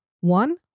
One